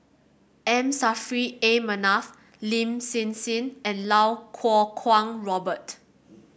M Saffri A Manaf Lin Hsin Hsin and Lau Kuo Kwong Robert